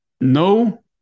no